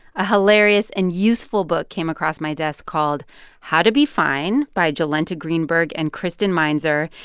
a hilarious and useful book came across my desk called how to be fine by jolenta greenberg and kristen meinzer.